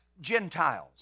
Gentiles